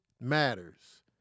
matters